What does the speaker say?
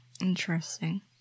Interesting